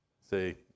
Say